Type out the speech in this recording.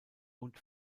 und